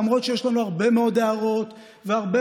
למרות שיש לנו הרבה מאוד הערות והרבה